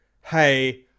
hey